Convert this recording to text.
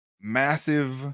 massive